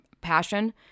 passion